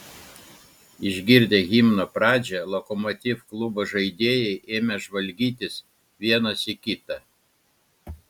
išgirdę himno pradžią lokomotiv klubo žaidėjai ėmė žvalgytis vienas į kitą